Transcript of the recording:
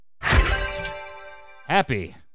Happy